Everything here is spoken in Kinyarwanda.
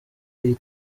iyi